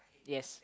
yes